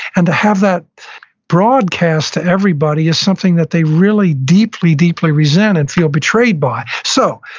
and to have that broadcast to everybody is something that they really deeply, deeply resent and feel betrayed by so,